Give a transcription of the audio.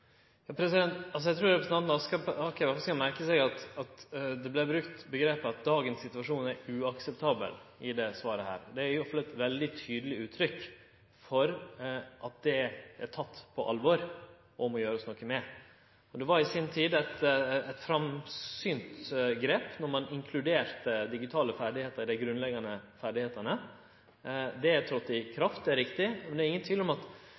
Eg trur representanten Aspaker skal merke seg at det vart brukt omgrepet «dagens situasjon er uakseptabel» i svaret. Det gjev eit veldig tydeleg uttrykk for at det er teke på alvor og må gjerast noko med. Det var i si tid eit framsynt grep, då ein inkluderte digitale ferdigheiter i dei grunnleggjande ferdigheitene. Det tredde i kraft, det er riktig, men det er ingen tvil om at